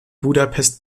budapest